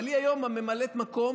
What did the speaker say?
אבל היא היום ממלאת המקום,